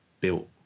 built